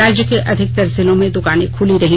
राज्य के अधिकतर जिलों में दुकाने खूली रहीं